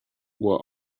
were